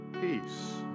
peace